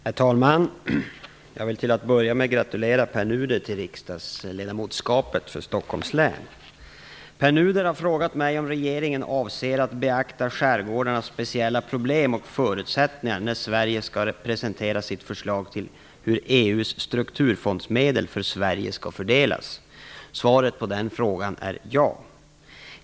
Herr talman! Jag vill till att börja med gratulera Herr talman! Pär Nuder har frågat mig om regeringen avser att beakta skärgårdarnas speciella problem och förutsättningar när Sverige skall presentera sitt förslag till hur EU:s strukturfondsmedel för Sverige skall fördelas. Svaret på den frågan är ja.